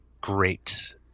great